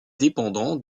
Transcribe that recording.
dépendant